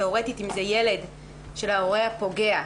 תיאורטית, אם זה ילד של ההורה הפוגע,